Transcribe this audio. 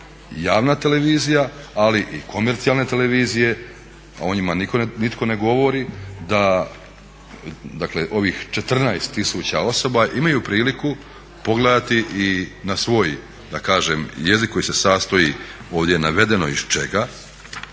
javna televizija, ali i komercijalne televizije a o njima nitko ne govori, da dakle ovih 14 tisuća osoba imaju priliku pogledati i na svoj da kažem jezik koji se sastoji ovdje navedeno iz čega